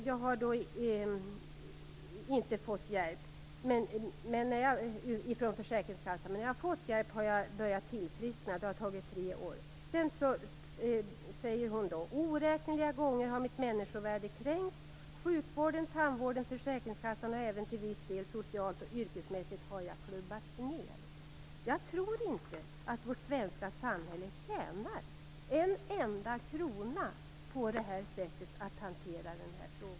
Jag har inte fått hjälp från försäkringskassan, men när jag har fått hjälp har jag börjat tillfriskna. Det har tagit tre år. Sedan skriver personen: Oräkneliga gånger har mitt människovärde kränkts. Jag har klubbats ned av sjukvården, tandvården och försäkringskassan, och till viss del även socialt och yrkesmässigt. Jag tror inte att vårt svenska samhälle tjänar en enda krona på det här sättet att hantera frågan.